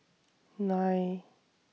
nine